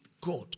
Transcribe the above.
God